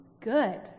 good